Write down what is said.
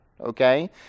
okay